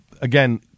Again